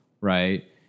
right